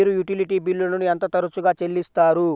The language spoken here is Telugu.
మీరు యుటిలిటీ బిల్లులను ఎంత తరచుగా చెల్లిస్తారు?